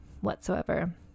whatsoever